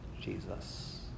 Jesus